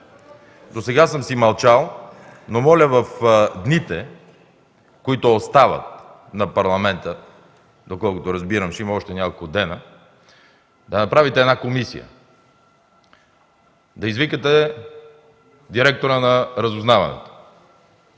Досега съм си мълчал, но моля в дните, които остават на Парламента – доколкото разбирам ще има още няколко дни, да направите една комисия, да извикате директора на разузнаването